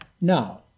Now